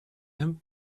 him